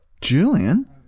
Julian